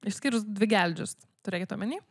išskyrus dvigeldžius turėkit omeny